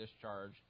discharge